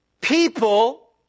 people